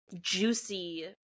juicy